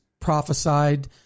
prophesied